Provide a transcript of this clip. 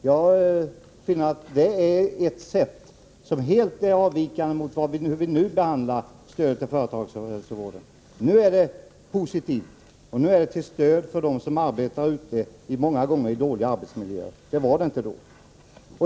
Jag finner att en sådan inriktning helt avviker från det som nu gäller vid behandlingen av stödet till företagshälsovården. Nu är agerandet positivt och nu är det till stöd för dem som arbetar ute i många gånger dåliga arbetsmiljöer; det var det inte då.